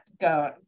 go